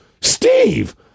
Steve